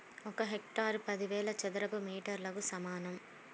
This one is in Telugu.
ఒక హెక్టారు పదివేల చదరపు మీటర్లకు సమానం